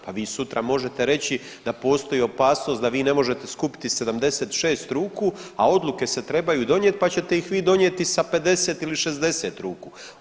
Pa vi sutra možete reći da postoji opasnost da vi ne možete skupiti 76 ruku, a odluke se trebaju donijeti pa ćete ih vi donijeti sa 50 ili 60 ruku.